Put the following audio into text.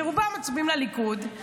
שבה רובם מצביעים לליכוד,